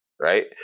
right